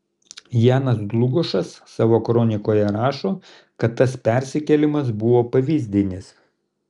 janas dlugošas savo kronikoje rašo kad tas persikėlimas buvo pavyzdinis